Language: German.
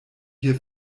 hier